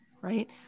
right